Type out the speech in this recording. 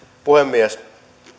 puhemies